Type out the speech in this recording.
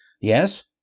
Yes